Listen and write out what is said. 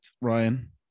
Ryan